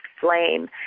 flame